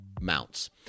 mounts